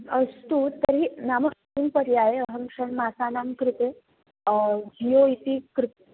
अस्तु तर्हि नाम अस्मिन् पर्याये अहं षण्मासानां कृते जियो इति कृतं